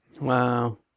Wow